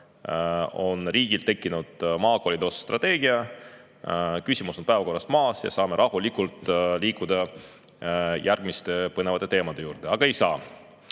on riigil tekkinud maakoolide puhul strateegia, küsimus on päevakorralt maas ja saame rahulikult liikuda järgmiste põnevate teemade juurde. Aga ei saa.